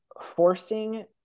forcing